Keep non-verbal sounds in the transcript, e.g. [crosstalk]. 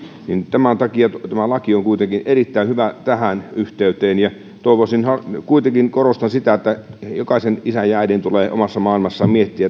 tämän takia tämä laki on kuitenkin erittäin hyvä tähän yhteyteen ja toivoisin ja korostan kuitenkin sitä että jokaisen isän ja äidin tulee omassa maailmassaan miettiä [unintelligible]